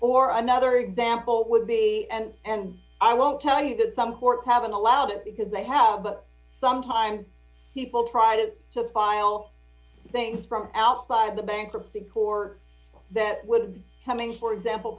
or another example would be and and i won't tell you that some courts haven't allowed it because they have sometimes people tried it to file things from outside the bankruptcy core that would coming for example